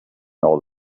nor